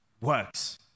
works